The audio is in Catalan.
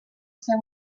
ser